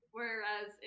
Whereas